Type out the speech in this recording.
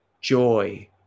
joy